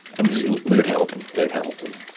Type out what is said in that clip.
and, that's laird hamilton. laird hamilton.